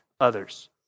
others